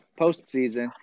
postseason